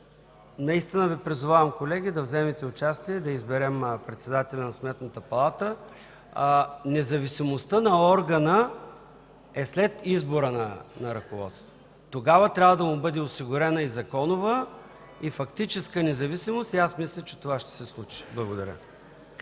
наистина Ви призовавам да вземете участие и да изберем председателя на Сметната палата. Независимостта на органа е след избора на ръководството. Тогава трябва да му бъде осигурена и законова, и фактическа независимост. Мисля, че това ще се случи. Благодаря.